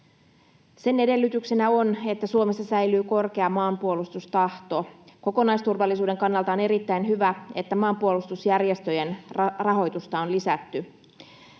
Sen edellytyksenä on, että Suomessa säilyy korkea maanpuolustustahto. Kokonaisturvallisuuden kannalta on erittäin hyvä, että maanpuolustusjärjestöjen rahoitusta on lisätty.